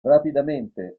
rapidamente